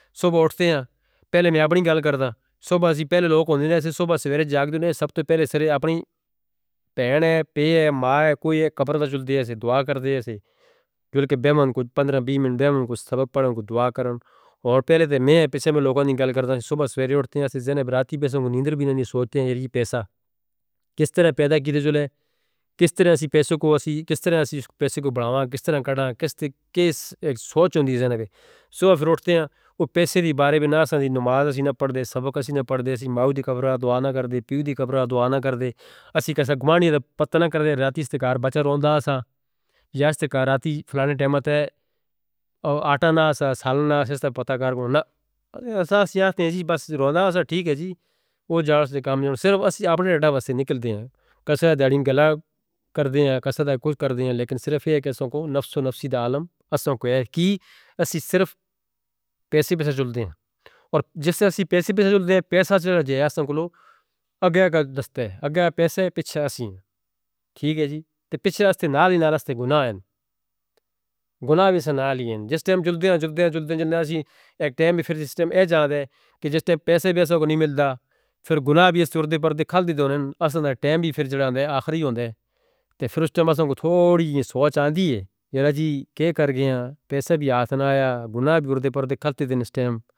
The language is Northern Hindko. صبح اٹھدے ہیں، پہلے میں اپنی گال کردا، صبح اسی پہلے لوگ ہوندے ہیں، صبح سویرے جاگدے ہیں، سب توں پہلے سرے اپنی پین ہے، پے ہے، ماں ہے، کوئی ہے، قبر دا جھل دی ہیں، دعا کردے ہیں، جو لکھے بیمان، پندرہ بیس منٹ بیمان، سبک پڑھنے کو دعا کرن، اور پہلے دن ہے، پہلے سے میں لوگوں دی گال کردا ہیں۔ صبح سویرے اٹھدے ہیں، اسی زینے براتی پیسے کو نیند بھی نہیں سوٹتے ہیں، یہ بھی پیسہ، کس طرح پیدا کیتے جلے، کس طرح ہم پیسے کو بڑھاواں، کس طرح کڑھاواں، کس طرح سوچ ہوندی ہے۔ صبح ہم اٹھدے ہیں، وہ پیسے دی بارے میں نہ ساندی، نماز ہم نہ پڑھ دے ہیں، سبکہ ہم نہ پڑھ دے ہیں، ہم ماں دی قبرہ دعا نہ کر دے ہیں، پیتوں دی قبرہ دعا نہ کر دے ہیں، ہم کیسا گمانیہ دا پتہ نہ کر دے ہیں۔ راتیس تکار بچہ روندہ ہے، یا استکار راتیس فلانے ٹائم تے، آٹا نہ ہے، سالن نہ ہے، اس سے پتہ کار کونہ، ہم سیاستیں جی بس روندہ ہیں، ٹھیک ہے جی، وہ جھال سے کام جارہے ہیں، صرف ہم اپنے اڈھا بس سے نکل دے ہیں، کسی دا ڈیڈنگ گلہ کر دے ہیں، کسی دا کچھ کر دے ہیں، لیکن صرف یہ کہ سانوں کو نفس و نفسی دا علم، سانوں کو یہ ہے کہ ہم صرف پیسے پیسے جھل دے ہیں، اور جس طرح ہم پیسے پیسے جھل دے ہیں، پیسہ صرف جایا ہے سانوں کو لوگ، اگہ آگہ دستے ہیں، اگہ پیسہ ہے پچھے ہم ہیں، ٹھیک ہے جی، پچھے راستے نال ہی نال راستے گناہ ہیں، گناہ بھی سانوں نال ہی ہیں۔ جس طرح ہم جھل دے ہیں، جھل دے ہیں، جھل دے ہیں، ایک ٹائم پھر سسٹم ایہہ جاندے ہیں، کہ جس طرح پیسے پیسہ کو نہیں ملتا، پھر گناہ بھی اس اردے پر دے کھال دی دونے ہیں، اس دن ٹائم بھی پھر جاندے ہیں، آخری ہوندے ہیں، پھر اس ٹائم سانوں کو تھوڑی سوچ آندی ہے، کہ کیا کر گئے ہیں، پیسہ بھی آتا ہے، گناہ بھی اردے پر دے کھال دی دن اس ٹائم.